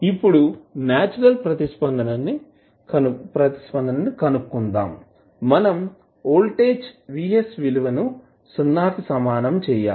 ఇప్పుడు నేచురల్ ప్రతిస్పందన ని కనుక్కుందాం మనం వోల్టేజ్ Vs విలువ ని సున్నా కి సమానం చేయాలి